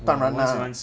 当然 lah